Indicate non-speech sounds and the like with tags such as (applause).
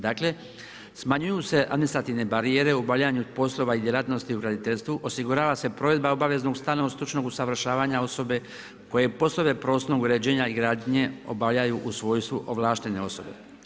Dakle smanjuju se administrativne barijere u obavljanju poslova i djelatnosti u graditeljstvu, osigurava se provedba obveznog … (unintelligible) stručnog usavršavanja osobe koje poslove prostornog uređenja i gradnje obavljaju u svojstvu ovlaštene osobe.